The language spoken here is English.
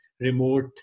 remote